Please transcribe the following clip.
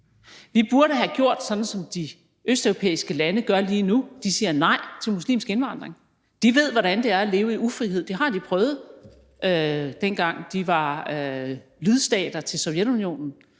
Vi burde have gjort sådan, som de østeuropæiske lande gør lige nu. De siger nej til muslimsk indvandring. De ved, hvordan det er at leve i ufrihed. Det har de prøvet, dengang de var lydstater til Sovjetunionen.